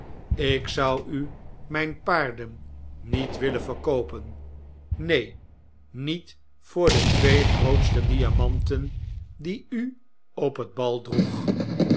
ik zou u mijn paarden niet willen verkoopen nee niet voor de twee grootste diamanten die u op het bal droeg